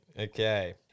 Okay